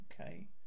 Okay